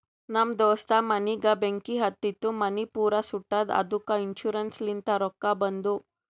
ನಮ್ ದೋಸ್ತ ಮನಿಗ್ ಬೆಂಕಿ ಹತ್ತಿತು ಮನಿ ಪೂರಾ ಸುಟ್ಟದ ಅದ್ದುಕ ಇನ್ಸೂರೆನ್ಸ್ ಲಿಂತ್ ರೊಕ್ಕಾ ಬಂದು